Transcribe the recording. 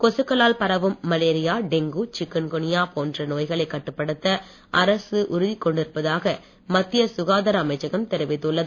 கொசுக்களால் பரவும் malaria dengue chikungunya போன்றநோய்களை கட்டுப்படுத்த அரசு உறுதி கொண்டிருப்பதாக மத்திய சுகாதார அமைச்சகம் தெரிவித்துள்ளது